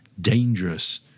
dangerous